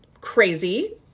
crazy